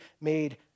made